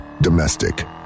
domestic